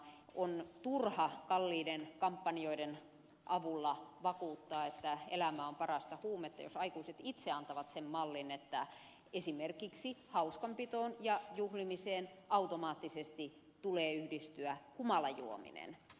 on turha kalliiden kampanjoiden avulla vakuuttaa että elämä on parasta huumetta jos aikuiset itse antavat sen mallin että esimerkiksi hauskanpitoon ja juhlimiseen automaattisesti tulee yhdistyä humalajuomisen